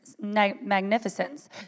magnificence